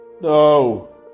No